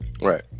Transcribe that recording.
right